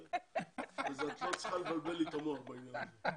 אז את לא צריכה לבלבל לי את המוח בעניין הזה.